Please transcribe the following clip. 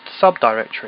subdirectory